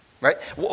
Right